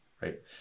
right